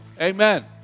Amen